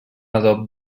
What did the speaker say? adob